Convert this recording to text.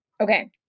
Okay